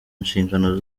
inshingano